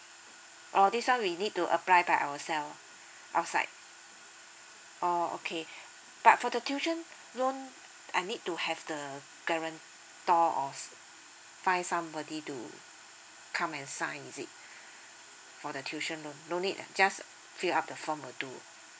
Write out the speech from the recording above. oh this one we need to apply by ourself outside oh okay but for the tuition loan I need to have the guarantor or find somebody to to come and sign is it for the tuition loan not need ah just fill up the form will do